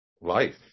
life